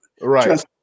Right